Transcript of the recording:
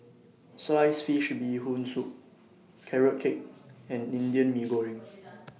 Sliced Fish Bee Hoon Soup Carrot Cake and Indian Mee Goreng